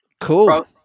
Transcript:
Cool